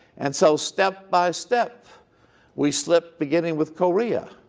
and so step-by-step we slip beginning with korea